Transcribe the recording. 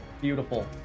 Beautiful